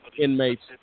inmates